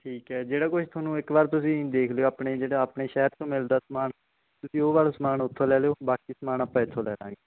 ਠੀਕ ਹੈ ਜਿਹੜਾ ਕੁਛ ਤੁਹਾਨੂੰ ਇੱਕ ਵਾਰ ਤੁਸੀਂ ਦੇਖ ਲਿਓ ਆਪਣੇ ਜਿਹੜਾ ਆਪਣੇ ਸ਼ਹਿਰ ਤੋਂ ਮਿਲਦਾ ਸਮਾਨ ਤੁਸੀਂ ਉਹ ਵਾਲਾ ਸਮਾਨ ਉੱਥੋਂ ਲੈ ਲਿਓ ਬਾਕੀ ਸਮਾਨ ਆਪਾਂ ਇੱਥੋਂ ਲੈ ਲਾਂਗੇ